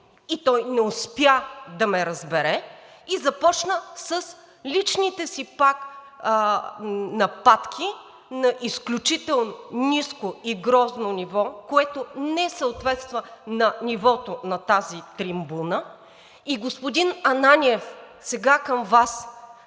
Той не успя да ме разбере и започна пак с личните си нападки на изключително ниско и грозно ниво, което не съответства на нивото на тази трибуна. И, господин Ананиев, сега към Вас